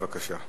בבקשה.